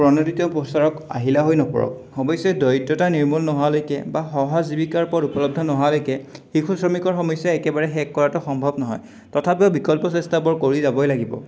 প্ৰণতিত প্ৰচাৰক আহিলা হৈ নপৰক অৱশ্যে দৰিদ্ৰতা নিৰ্মূল নহোৱালৈকে বা সহা জীৱিকাৰ ওপৰত উপলব্ধ নহোৱালৈকে শিশু শ্ৰমিকৰ সমস্যা একেবাৰে শেষ কৰাটো সম্ভৱ নহয় তথাপিও বিকল্প চেষ্টাবোৰ কৰি যাবই লাগিব